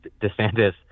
DeSantis